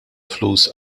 flus